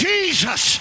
Jesus